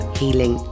healing